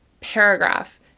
paragraph